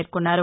పేర్కొన్నారు